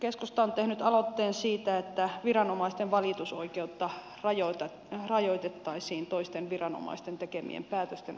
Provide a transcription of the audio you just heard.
keskusta on tehnyt aloitteen siitä että viranomaisten valitusoikeutta rajoitettaisiin toisten viranomaisten tekemien päätösten osalta